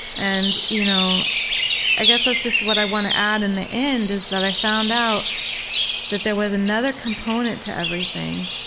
and you know i guess that's just what i want to add in the end, is that i found out that there was another component to everything,